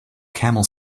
camel